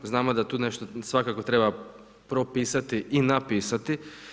Znamo da tu nešto svakako treba propisati i napisati.